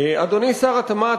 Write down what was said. אדוני שר התמ"ת,